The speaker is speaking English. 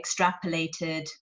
extrapolated